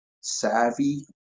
savvy